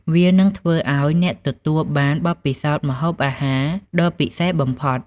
វានឹងធ្វើឱ្យអ្នកទទួលបានបទពិសោធន៍ម្ហូបអាហារដ៏ពិសេសបំផុត។